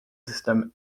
system